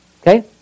Okay